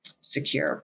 secure